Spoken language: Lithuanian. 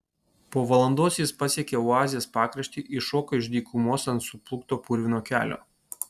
po valandos jis pasiekė oazės pakraštį iššoko iš dykumos ant suplūkto purvino kelio